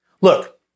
Look